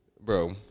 Bro